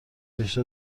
بیشتر